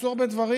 עשו הרבה דברים,